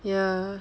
ya